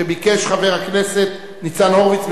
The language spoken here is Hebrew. שביקש חבר הכנסת ניצן הורוביץ,